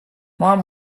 ماهم